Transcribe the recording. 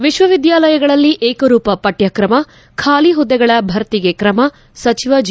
ವಿಶ್ವವಿದ್ಯಾಲಯಗಳಲ್ಲಿ ಏಕರೂಪ ಪಠ್ಶಕ್ರಮ ಖಾಲಿ ಹುದ್ದೆಗಳ ಭರ್ತಿಗೆ ಕ್ರಮ ಸಚಿವ ಜಿ